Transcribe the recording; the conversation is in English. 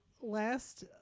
last